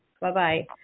Bye-bye